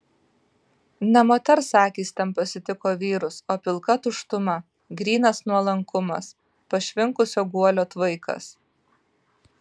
ne moters akys ten pasitiko vyrus o pilka tuštuma grynas nuolankumas pašvinkusio guolio tvaikas